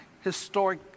historic